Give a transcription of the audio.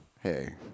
Hey